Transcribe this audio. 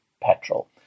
petrol